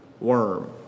worm